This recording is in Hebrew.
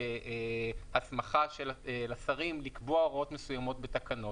הסמכה לשרים לקבוע הוראות מסוימות בתקנות.